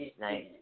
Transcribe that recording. nice